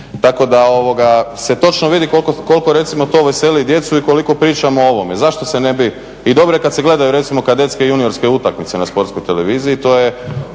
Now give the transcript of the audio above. Tako da se točno vidi koliko recimo to veseli djecu i koliko pričamo o ovome. Zašto se ne bi i dobro je kad se gledaju recimo kadetske i juniorske utakmice na Sportskoj televiziji. To je